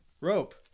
Rope